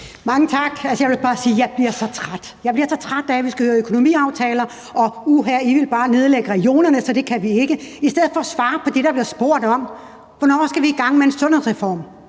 og at der bliver sagt, at, uha, I vil bare nedlægge regionerne, så det kan vi ikke, i stedet for at der bliver svaret på det, der bliver spurgt om. Hvornår skal vi i gang med en sundhedsreform?